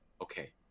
Okay